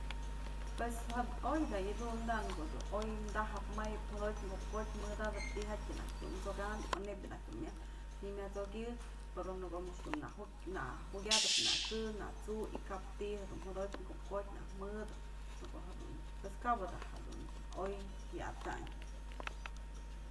Pues oy da yë dun da, në ko'o dun oy tajëp mayëp, jodotyë ko'op kotyë mëdatëp tyjatyë nak dun t'sokam o neyb naj dun myaj nëmyat'sokyë pero në ko'o much dun na jukyatëp na xi'i, na t'su y kap ti'i dun jodotyë ko'op kotyë najk mëdë në ko'o, pues kap da jedun oy wyatanyë.